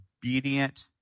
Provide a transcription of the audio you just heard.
obedient